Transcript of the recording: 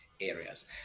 areas